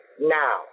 now